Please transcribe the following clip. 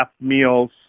meals